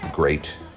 great